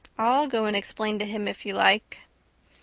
i'll go and explain to him if you like.